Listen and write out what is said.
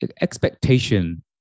expectation